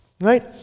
Right